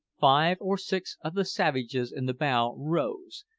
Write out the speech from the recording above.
five or six of the savages in the bow rose,